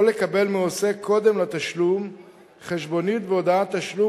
או לקבל מעוסק קודם לתשלום חשבונית והודעת תשלום,